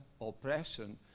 oppression